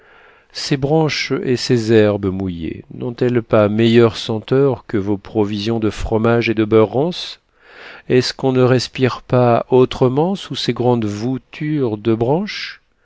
ces branches et ces herbes mouillées n'ont elles pas meilleure senteur que vos provisions de fromage et de beurre rance est-ce qu'on ne respire pas autrement sous ces grandes voûtures de branches